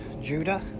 Judah